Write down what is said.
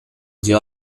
zio